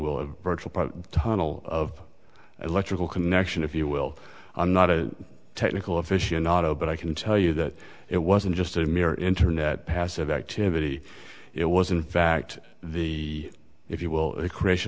will of virtual tunnel of electrical connection if you will i'm not a technical afficionado but i can tell you that it wasn't just a mere internet passive activity it was in fact the if you will creation